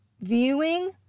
viewing